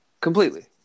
completely